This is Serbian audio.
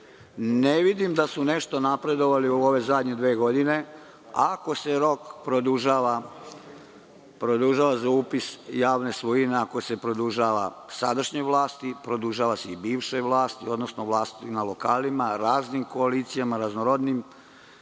Ne vidim da su nešto napredovali u ove zadnje dve godine. Ako se rok produžava za upis javne svojine, ako se produžava sadašnjoj vlasti, produžava se i bivšoj, odnosno vlasti na lokalima, raznim koalicijama, tako da